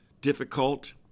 difficult